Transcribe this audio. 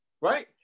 Right